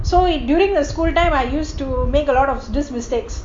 so it during the school time I used to make a lot of these mistakes